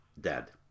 dead